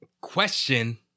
Question